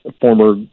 former